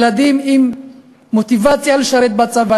ילדים עם מוטיבציה לשרת בצבא,